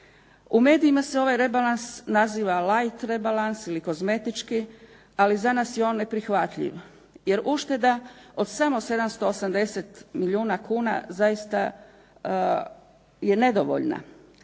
U medijima se ovaj rebalans naziva "laight" rebalans ili kozmetički, ali za nas je on neprihvatljiv, jer ušteda od samo 780 milijuna kuna zaista je nedovoljna.